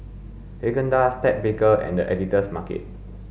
Haagen Dazs Ted Baker and The Editor's Market